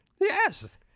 Yes